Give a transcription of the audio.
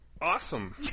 awesome